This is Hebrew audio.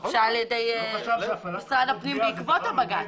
שגובשה על ידי משרד הפנים בעקבות הבקשה.